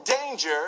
danger